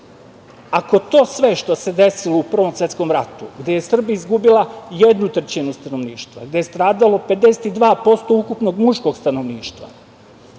ako to sve što se desilo u Prvom svetskom ratu gde je Srbija izgubila jednu trećinu stanovništva, gde je stradalo 52% ukupnog muškog stanovništva,